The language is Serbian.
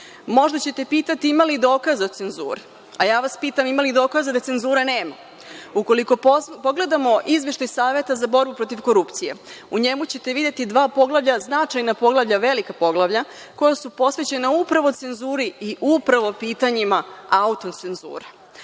Možda ćete pitati – ima li dokaza o cenzure? Ja vas pitam ima li dokaza da cenzura nema? Ukoliko pogledamo izveštaj Saveta za borbu protiv korupcije u njemu ćete videti dva poglavlja, značajna poglavlja, velika poglavlja koja su posvećena upravo cenzuri i upravo pitanjima autocenzura.